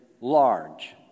large